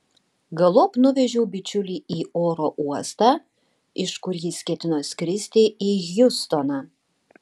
galop nuvežiau bičiulį į oro uostą iš kur jis ketino skristi į hjustoną